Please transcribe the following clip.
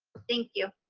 thank you.